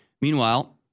Meanwhile